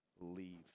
Leave